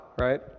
right